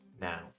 Now